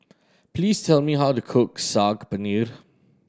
please tell me how to cook Saag Paneer